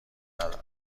ندارن